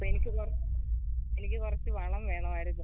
ഇപ്പോൾ എനിക്ക് എനിക്ക് കുറച്ച് വളം വേണമായിരുന്നു